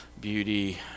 beauty